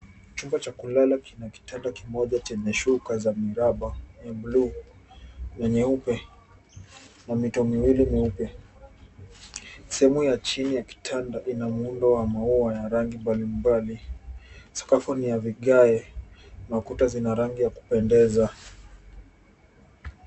Chumba cha kulala kina kitanda kimoja chenye shuka za miraba ya bluu na nyeupe na mito miwili meupe. Sehemu ya chini ya kitanda ina muundo wa maua ya rangi mbalimbali. Sakafu ni ya vigae na kuta zina rangi ya kupendeza.